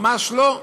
ממש לא.